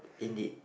indeed